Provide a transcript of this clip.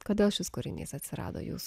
kodėl šis kūrinys atsirado jūsų